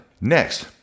next